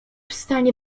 stanie